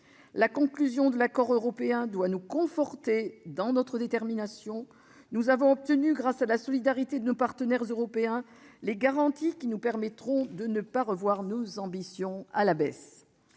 La conclusion de l'accord européen doit nous conforter dans notre détermination. Nous avons obtenu, grâce à la solidarité de nos partenaires européens, les garanties nous permettant de ne pas revoir nos ambitions à la baisse.